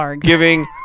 giving